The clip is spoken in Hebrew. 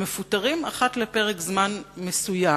הם מפוטרים אחת לפרק זמן מסוים,